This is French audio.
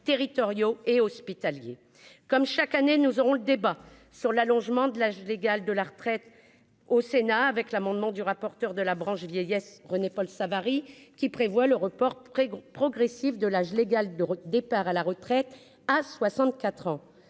territoriaux et hospitaliers, comme chaque année, nous aurons le débat sur l'allongement de l'âge légal de la retraite au Sénat avec l'amendement du rapporteur de la branche vieillesse, René-Paul Savary, qui prévoit le report près groupe progressif de l'âge légal de départ à la retraite à 64 ans,